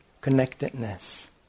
connectedness